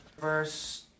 verse